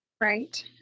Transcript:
Right